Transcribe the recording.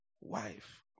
wife